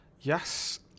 yes